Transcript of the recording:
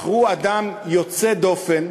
בחרו אדם יוצא דופן,